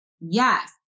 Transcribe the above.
yes